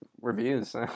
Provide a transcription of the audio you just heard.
reviews